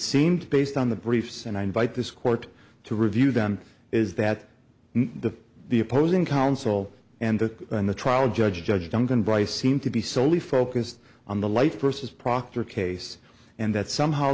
seemed based on the briefs and i invite this court to review them is that the the opposing counsel and then the trial judge judge duncan bryce seem to be solely focused on the life versus proctor case and that somehow